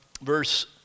verse